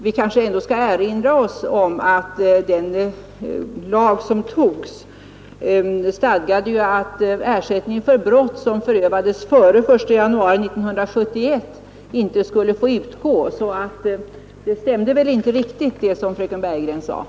Vi kanske ändå skall erinra oss att de bestämmelser som togs stadgade att ersättning för brott som förövades före den 1 januari 1971 inte skulle få utgå. Det stämde alltså inte riktigt det som fröken Bergegren sade.